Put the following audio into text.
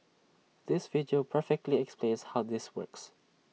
this video perfectly explains how this works